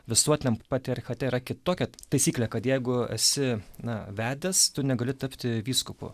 visuotiniam patriarchate yra kitokia taisyklė kad jeigu esi na vedęs tu negali tapti vyskupu